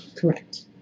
Correct